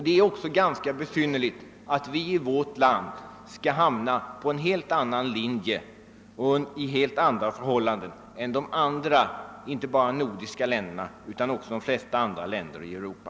Det är ganska besynnerligt att vi i vårt land skall lösa denna fråga på ett helt annat sätt än man gör i de flesta andra — inte bara nordiska — länder i Europa.